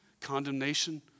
Condemnation